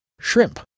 shrimp